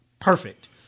perfect